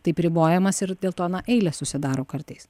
taip ribojamas ir dėl to na eilės susidaro kartais